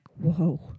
Whoa